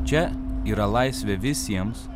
čia yra laisvė visiems